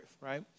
Right